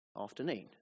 afternoon